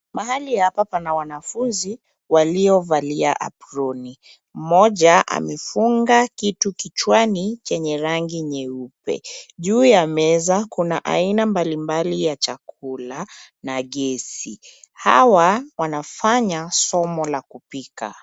Mahali hapa pana wanafunzi waliovalia aproni. Mmoja mefunga kitu kichwani chenye rangi nyeupe. Juu ya meza kuna aina mbalimbali ya chakula na gesi. Hawa wanafanya somo la kupika.